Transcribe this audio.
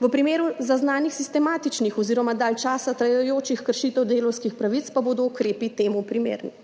V primeru zaznanih sistematičnih oziroma dalj časa trajajočih kršitev delavskih pravic pa bodo ukrepi temu primerni.